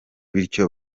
bityo